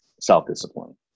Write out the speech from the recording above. self-discipline